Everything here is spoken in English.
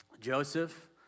Joseph